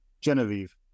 Genevieve